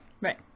Right